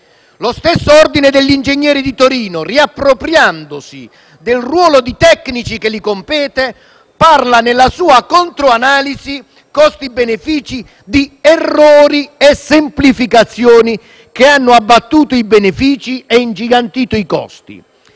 Lo stesso ordine degli ingegneri di Torino, riappropriandosi nel ruolo di tecnici che gli compete, parla nella sua controanalisi costi-benefici di errori e semplificazioni che hanno abbattuto i benefici e ingigantito i costi.